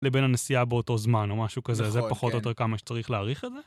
לבין הנסיעה באותו זמן או משהו כזה, זה פחות או יותר כמה שצריך להאריך את זה?